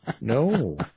No